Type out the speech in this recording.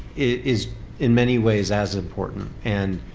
is in many ways as important. and